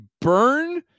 burn